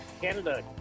Canada